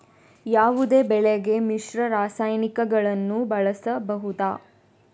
ಯಾವುದೇ ಬೆಳೆಗೆ ಮಿಶ್ರ ರಾಸಾಯನಿಕಗಳನ್ನು ಬಳಸಬಹುದಾ?